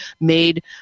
made